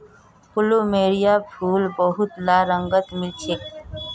plumeria फूल बहुतला रंगत मिल छेक